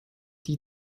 die